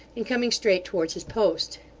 and coming straight towards his post.